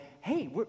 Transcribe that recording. hey